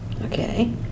Okay